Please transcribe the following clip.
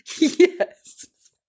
Yes